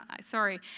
sorry